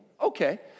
Okay